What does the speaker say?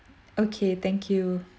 okay thank you